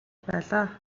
байлаа